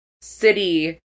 city